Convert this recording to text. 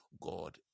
god